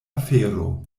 afero